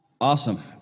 Awesome